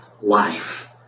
life